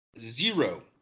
zero